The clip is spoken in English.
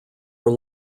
were